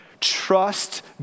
Trust